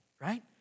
right